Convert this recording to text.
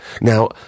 Now